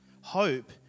Hope